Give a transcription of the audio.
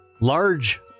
large